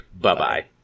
Bye-bye